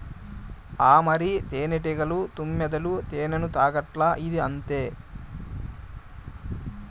ఆ మరి, తేనెటీగలు, తుమ్మెదలు తేనెను తాగట్లా, ఇదీ అంతే